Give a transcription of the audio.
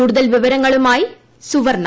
കൂടുതൽ വിവരങ്ങളുമായി സുവർണ